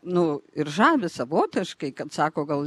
nu ir žavi savotiškai kad sako gal